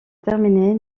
terminer